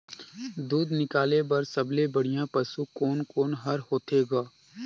दूध निकाले बर सबले बढ़िया पशु कोन कोन हर होथे ग?